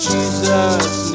Jesus